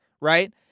right